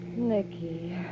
Nicky